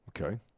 okay